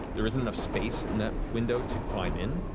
there isn't enough space in that window to climb in.